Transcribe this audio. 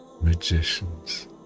magicians